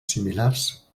similars